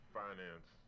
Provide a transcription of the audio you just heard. finance